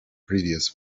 previous